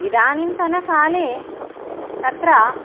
इदानीन्तनकाले तत्र